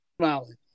smiling